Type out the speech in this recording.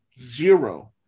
zero